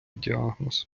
діагноз